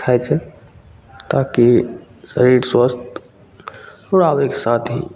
खाइ छै ताकि शरीर स्वस्थ थोड़ा आबैके साथ ही